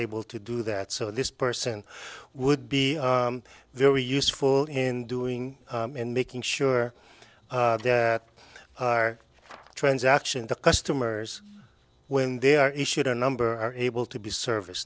able to do that so this person would be very useful in doing and making sure that our transaction the customers when they are issued a number are able to be service